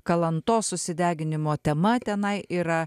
kalantos susideginimo tema tenai yra